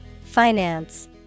Finance